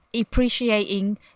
appreciating